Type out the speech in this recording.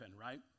right